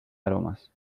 aromas